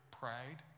pride